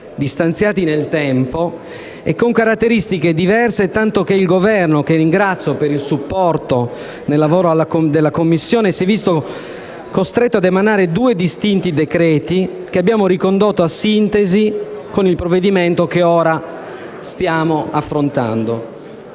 distanziati nel tempo e con caratteristiche diverse, tanto che il Governo - che ringrazio per il supporto al lavoro della Commissione - si è visto costretto ad emanare due distinti decreti-legge, che abbiamo ricondotto a sintesi con il provvedimento che ora stiamo affrontando.